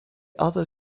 other